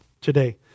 today